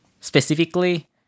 specifically